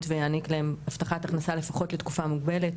ויעניק להן הבטחת הכנסה לפחות לתקופה מוגבלת.